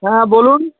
হ্যাঁ বলুন